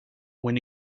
when